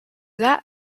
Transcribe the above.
that